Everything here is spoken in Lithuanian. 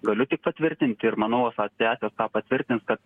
galiu tik patvirtinti ir manau asociacijos tą patvirtins kad